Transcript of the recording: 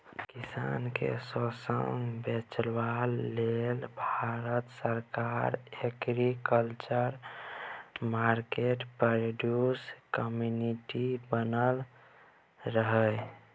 किसान केँ शोषणसँ बचेबा लेल भारत सरकार एग्रीकल्चर मार्केट प्रोड्यूस कमिटी बनेने रहय